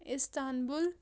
Istanbul